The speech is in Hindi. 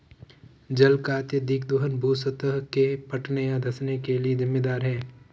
जल का अत्यधिक दोहन भू सतह के फटने या धँसने के लिये जिम्मेदार है